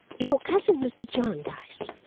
your cousin, mr. jarndyce.